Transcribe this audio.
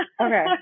Okay